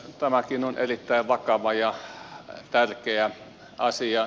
tämäkin on erittäin vakava ja tärkeä asia